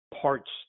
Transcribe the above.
parts